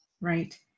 Right